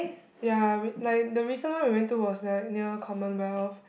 ya we like the recent one we went to was like near Commonwealth